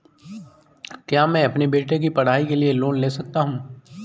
क्या मैं अपने बेटे की पढ़ाई के लिए लोंन ले सकता हूं?